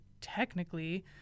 technically